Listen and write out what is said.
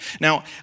Now